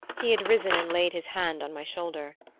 he had risen and laid his hand on my shoulder.